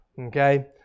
Okay